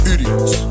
Idiots